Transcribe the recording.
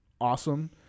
awesome